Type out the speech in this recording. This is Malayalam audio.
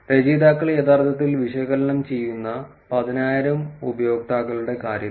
രചയിതാക്കൾ യഥാർത്ഥത്തിൽ വിശകലനം ചെയ്യുന്ന 10000 ഉപയോക്താക്കളുടെ കാര്യത്തിൽ